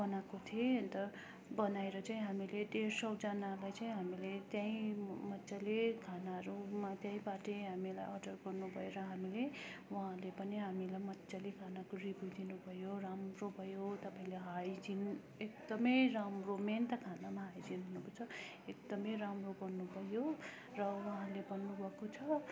बनाएको थियौँ अन्त बनाएर चाहिँ हामीले डेढ सौजनाको चाहिँ हामीले त्यहीँ मजाले खानाहरूमा त्यहीँबाटै हामीलाई अर्डर गर्नुभयो र हामीले उहाँहरूले पनि हामीलाई मजाले खानाको रिभ्यू दिनुभयो राम्रो भयो तपाईँहरूले हाइजिन एकदमै राम्रो मेन त खानामा हाइजिन हुनुपर्छ एकदमै राम्रो भन्नुभयो र उहाँहरूले भन्नुभएको छ